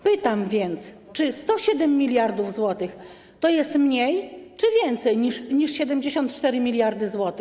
Pytam więc, czy 107 mld zł to jest mniej, czy więcej niż 74 mld zł.